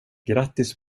grattis